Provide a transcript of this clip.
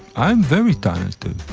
i'm very talented.